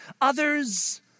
Others